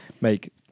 make